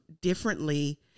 differently